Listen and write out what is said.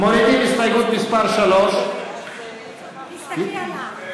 מורידים את הסתייגות מס' 3. מס' 4 אנחנו